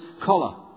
collar